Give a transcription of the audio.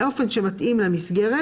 באופן שמתאים למסגרת